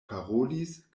parolis